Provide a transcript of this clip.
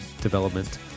Development